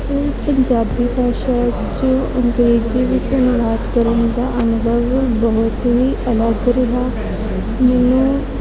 ਉਹ ਪੰਜਾਬੀ ਭਾਸ਼ਾ ਵਿੱਚ ਅੰਗਰੇਜ਼ੀ ਵਿੱਚ ਅਨੁਵਾਦ ਕਰਨ ਦਾ ਅਨੁਭਵ ਬਹੁਤ ਹੀ ਅਲੱਗ ਰਿਹਾ ਮੈਨੂੰ